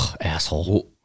asshole